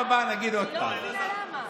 למה, אלעזר?